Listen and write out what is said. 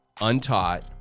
untaught